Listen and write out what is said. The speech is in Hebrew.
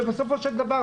ובסופו של דבר,